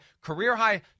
career-high